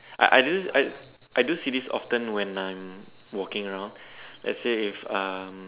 I I do I I do see this often when I'm walking around let's say if um